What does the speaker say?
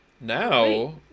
Now